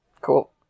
Cool